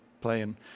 playing